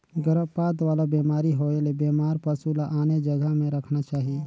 गरभपात वाला बेमारी होयले बेमार पसु ल आने जघा में रखना चाही